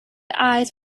eyes